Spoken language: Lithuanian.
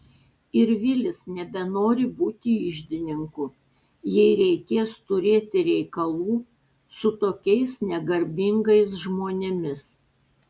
ir vilis nebenori būti iždininku jei reikės turėti reikalų su tokiais negarbingais žmonėmis